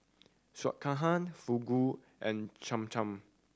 Sekihan Fugu and Cham Cham